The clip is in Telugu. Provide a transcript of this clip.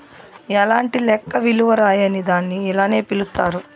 ఎలాంటి లెక్క విలువ రాయని దాన్ని ఇలానే పిలుత్తారు